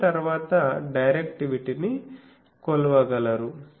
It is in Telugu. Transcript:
మళ్ళీ తరువాత డైరెక్టివిటీ ని కొలవగలరు